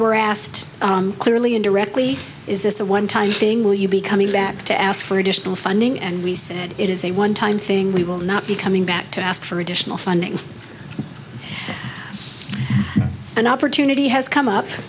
were asked clearly indirectly is this a one time thing will you be coming back to ask for additional funding and we said it is a one time thing we will not be coming back to ask for additional funding an opportunity has come up